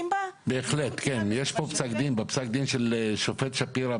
המפגעים הסביבתיים שנוצרים משריפות פיראטיות של חומרים,